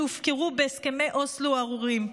שהופקרו בהסכמי אוסלו הארורים.